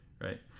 right